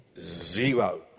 zero